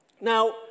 Now